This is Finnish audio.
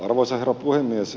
arvoisa herra puhemies